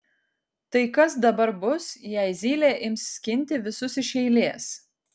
tai kas dabar bus jei zylė ims skinti visus iš eilės